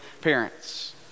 parents